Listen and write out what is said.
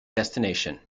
destination